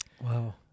Wow